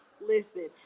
Listen